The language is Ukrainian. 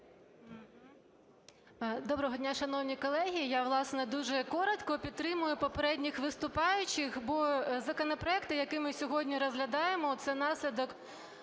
Доброго дня, шановні колеги. Я власне дуже коротко. Підтримую попередніх виступаючих, бо законопроект, який ми сьогодні розглядаємо, це наслідок